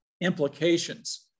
implications